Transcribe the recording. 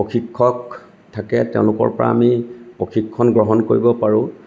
প্ৰশিক্ষক থাকে তেওঁলোকৰ পৰা আমি প্ৰশিক্ষণ গ্ৰহণ কৰিব পাৰোঁ